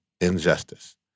injustice